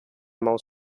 maus